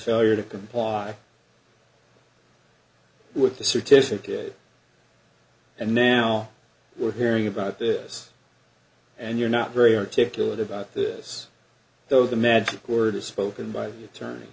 failure to comply with the certificate and now we're hearing about this and you're not very articulate about this though the magic words spoken by the attorney